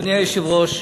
אדוני היושב-ראש,